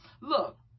look